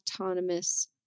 autonomous